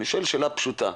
אני שואל שאלה פשוטה.